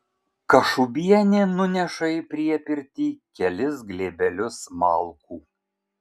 kašubienė nuneša į priepirtį kelis glėbelius malkų